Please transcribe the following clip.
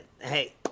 Hey